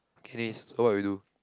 Kennis so what will you do